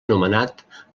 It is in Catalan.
nomenat